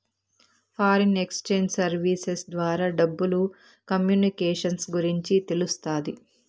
foreign exchange services ద్వారా డబ్బులు communications గురించి తెలుస్తాది